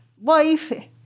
wife